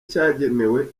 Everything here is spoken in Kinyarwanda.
cyagenewe